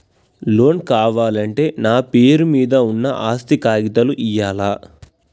Loan కావాలంటే నా పేరు మీద ఉన్న ఆస్తి కాగితాలు ఇయ్యాలా?